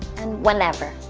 and whenever.